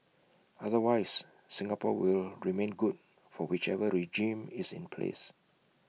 otherwise Singapore will remain good for whichever regime is in place